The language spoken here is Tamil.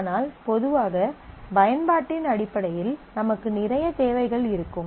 ஆனால் பொதுவாக பயன்பாட்டின் அடிப்படையில் நமக்கு நிறைய தேவைகள் இருக்கும்